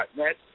net